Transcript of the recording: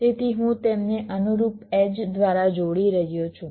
તેથી હું તેમને અનુરૂપ એડ્જ દ્વારા જોડી રહ્યો છું